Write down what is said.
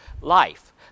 life